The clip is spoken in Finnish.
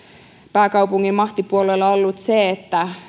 pääkaupungin mahtipuolueilla ollut se että